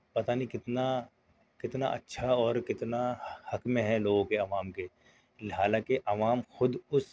پتہ نہیں کتنا کتنا اچھا اور کتنا حق میں ہے لوگوں کے عوام کے حالانکہ عوام خود اس